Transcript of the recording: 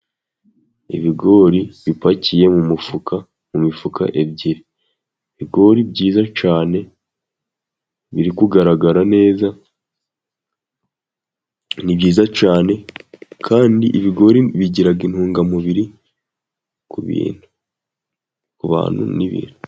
Ibigori bipakiye mu mufuka, mu mifuka ibiri. Ibigori byiza cyane biri kugaragara neza, ni byiza cyane, kandi ibigori bigira intungamubiri kubintu. Ku bantu n'ibintu.